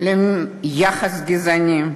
לנותן יחס גזעני,